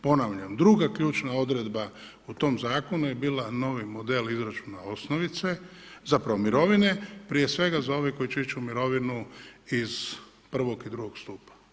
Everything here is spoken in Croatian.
Ponavljam druga ključna odredba u tom zakona je bila novi model izračuna osnovice zapravo mirovine prije svega za ove koji će ići u mirovinu iz I. i II. stupa.